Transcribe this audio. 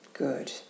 Good